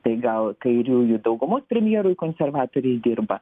tai gal kairiųjų daugumos premjerui konservatoriai dirba